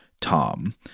Tom